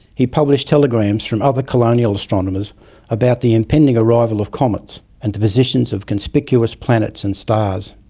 he published telegrams from other colonial astronomers about the impending arrival of comets and the positions of conspicuous planets and stars.